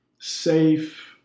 safe